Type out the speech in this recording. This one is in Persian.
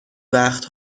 وقت